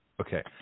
Okay